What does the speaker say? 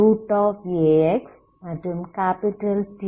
Xaxமற்றும் Tat